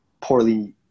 poorly